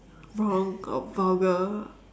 wrong or vulgar